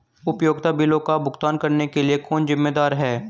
उपयोगिता बिलों का भुगतान करने के लिए कौन जिम्मेदार है?